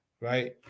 Right